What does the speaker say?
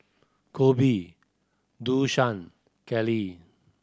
Koby Dosha Kellie